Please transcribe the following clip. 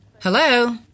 Hello